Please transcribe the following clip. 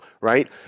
right